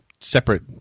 separate